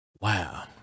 wow